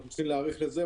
אנחנו צריכים להיערך לזה,